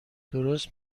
درست